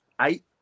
eight